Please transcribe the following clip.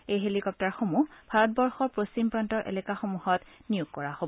এই হেলিকপ্তাৰসমূহ ভাৰতবৰ্ষৰ পশ্চিম প্ৰান্তৰ এলেকাসমূহত নিয়োগ কৰা হ'ব